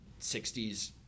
60s